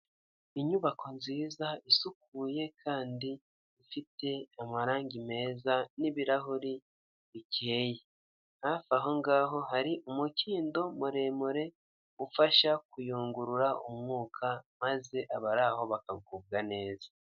Inyubako nziza isukuye kandi ifite amarangi meza n'ibirahuri bikeye, hafi aho ngaho hari umukindo muremure ufasha kuyungurura umwuka, maze abari aho bakagubwa neza.